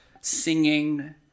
singing